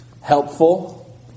helpful